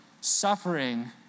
suffering